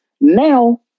now